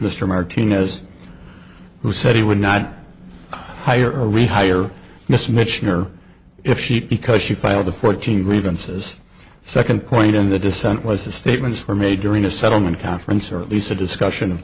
mr martinez who said he would not hire rehired miss michener if she because she filed the fourteen grievances second point in the dissent was the statements were made during a settlement conference or at least a discussion of